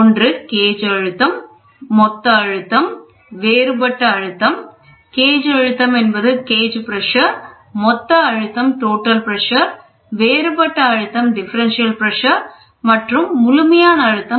ஒன்று கேஜ் அழுத்தம் மொத்த அழுத்தம் வேறுபட்ட அழுத்தம் மற்றும் முழுமையான அழுத்தம்